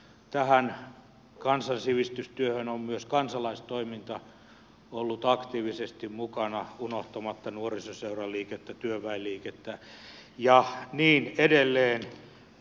tässä kansansivistystyössä on myös kansalaistoiminta ollut aktiivisesti mukana unohtamatta nuorisoseuraliikettä työväenliikettä ja niin edelleen